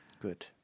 Good